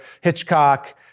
Hitchcock